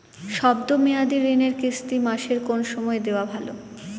শব্দ মেয়াদি ঋণের কিস্তি মাসের কোন সময় দেওয়া ভালো?